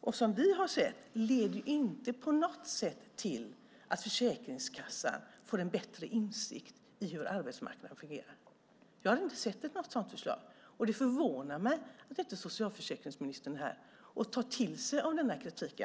och som vi har sett leder inte på något sätt till att Försäkringskassan får en bättre insikt i hur arbetsmarknaden fungerar. Jag har inte sett något sådant förslag. Det förvånar mig att socialföräkringsministern inte är här och tar till sig av denna kritik.